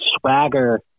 swagger